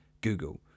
Google